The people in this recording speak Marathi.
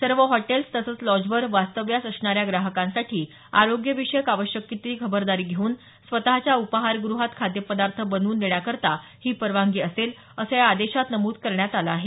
सर्व हॉटेल्स तसंच लॉजवर वास्तव्यास असणाऱ्या ग्राहकांसाठी आरोग्य विषयक आवश्यक ती खबरदारी घेवून स्वतःच्या उपहारग्रहात खाद्यपदार्थ बनवून देण्याकरता ही परवानगी असेल असं या आदेशात नमूद करण्यात आलं आहे